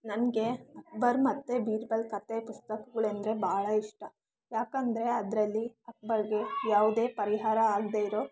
ನನಗ ಅಕ್ಬರ್ ಮತ್ತೆ ಬೀರ್ಬಲ್ ಕಥೆ ಪುಸ್ತಕಗಳೆಂದ್ರೆ ಭಾಳಾ ಇಷ್ಟ ಯಾಕೆಂದ್ರೆ ಅದರಲ್ಲಿ ಅಕ್ಬರ್ಗೆ ಯಾವುದೇ ಪರಿಹಾರ ಆಗ್ದೆಯಿರೋ